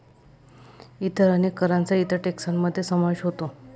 इतर अनेक करांचा इतर टेक्सान मध्ये समावेश होतो